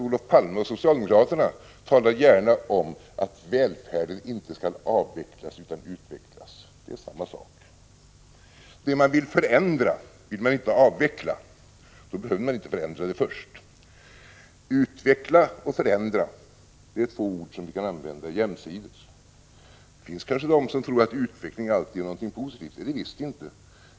Olof Palme och socialdemokraterna i övrigt talar nämligen gärna om att välfärden inte skall avvecklas utan utvecklas, och det är detsamma som systemförändringar. Det som man vill förändra vill man inte avveckla — då behöver man inte förändra det först. ”Utveckla” och ”förändra” är två ord som vi kan använda jämsides. Det finns kanske en del som tror att utveckling alltid är någonting positivt, men så är det visst inte.